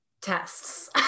tests